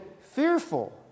fearful